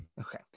okay